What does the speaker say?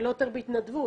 ולא בהתנדבות,